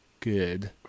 good